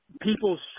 people's